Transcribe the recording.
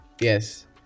Yes